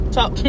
Talk